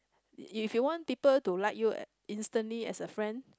if you want people to like you instantly as a friend